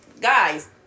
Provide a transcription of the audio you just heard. guys